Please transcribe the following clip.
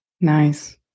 Nice